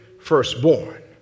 firstborn